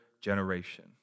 generation